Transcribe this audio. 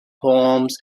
poems